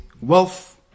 wealth